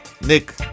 nick